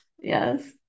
Yes